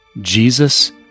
Jesus